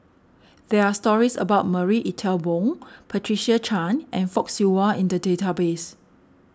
there are stories about Marie Ethel Bong Patricia Chan and Fock Siew Wah in the database